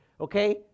okay